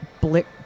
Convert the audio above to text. Blick